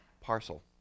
Parcel